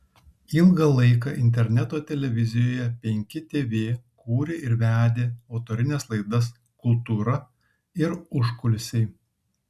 ilgą laiką interneto televizijoje penki tv kūrė ir vedė autorines laidas kultūra ir užkulisiai